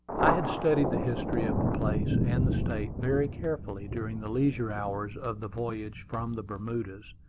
i had studied the history of the place and the state very carefully during the leisure hours of the voyage from the bermudas,